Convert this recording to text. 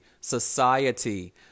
society